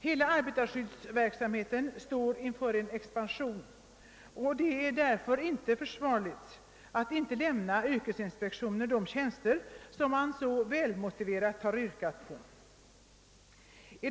Hela arbetarskyddsverksamheten står inför en expansion, och det är därför inte försvarligt att inte låta yrkesinspektionen få de tjänster den så välmotiverat har begärt.